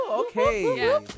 okay